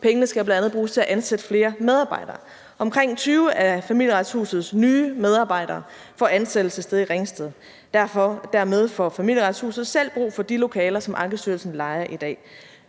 Pengene skal bl.a. bruges til at ansætte flere medarbejdere. Omkring 20 af Familieretshuset nye medarbejdere får ansættelsessted i Ringsted, og dermed får Familieretshuset selv brug for de lokaler, som Ankestyrelsen lejer i dag.